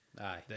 aye